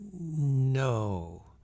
No